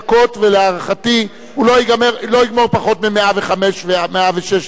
ולהערכתי הוא לא יגמור פחות מ-105 ו-106 דקות,